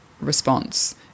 response